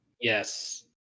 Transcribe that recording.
Yes